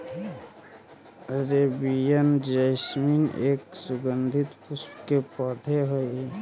Arabian jasmine एक सुगंधित पुष्प के पौधा हई